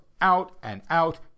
out-and-out